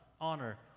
honor